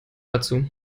dazu